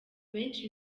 benshi